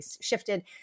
shifted